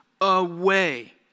away